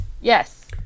yes